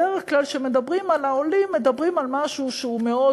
בדרך כלל כשמדברים על העולים מדברים על משהו שהוא מאוד,